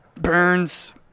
Burns